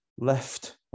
Left